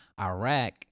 Iraq